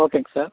ஓகேங்க சார்